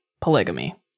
polygamy